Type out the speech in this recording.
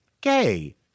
gay